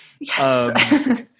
Yes